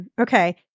Okay